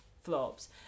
flops